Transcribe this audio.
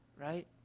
right